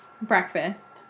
breakfast